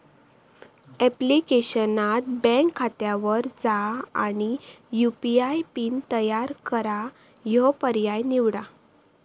ऍप्लिकेशनात बँक खात्यावर जा आणि यू.पी.आय पिन तयार करा ह्यो पर्याय निवडा